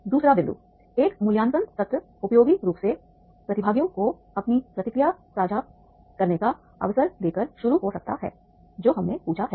दूसरा बिंदु एक मूल्यांकन सत्र उपयोगी रूप से प्रतिभागियों को अपनी प्रतिक्रिया साझा करने का अवसर देकर शुरू हो सकता है जो हमने पूछा है